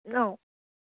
অঁ